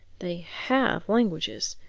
they have languages,